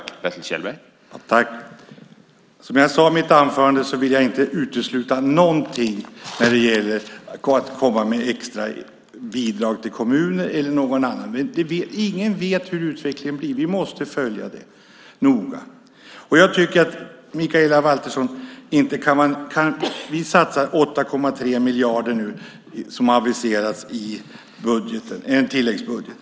Herr talman! Som jag sade i mitt anförande vill jag inte utesluta någonting när det gäller att komma med extra bidrag till kommuner eller något annat. Men ingen vet hurdan utvecklingen blir. Vi måste följa det noga. Vi satsar nu 8,3 miljarder som har aviserats i en tilläggsbudget.